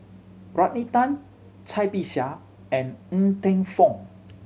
Rodney Tan Cai Bixia and Ng Teng Fong